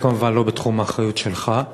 זה כמובן לא בתחום האחריות שלך,